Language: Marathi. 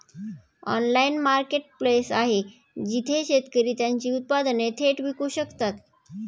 ऑनलाइन मार्केटप्लेस आहे जिथे शेतकरी त्यांची उत्पादने थेट विकू शकतात?